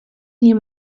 nie